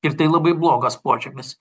ir tai labai blogas požymis